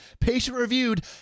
patient-reviewed